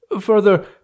Further